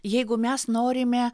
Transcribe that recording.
jeigu mes norime